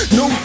no